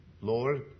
Lord